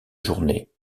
journée